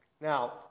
Now